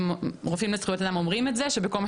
רופאים לזכויות אדם אומרים את זה שבכל מה